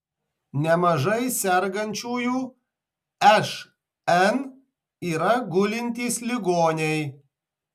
nemažai sergančiųjų šn yra gulintys ligoniai